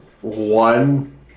one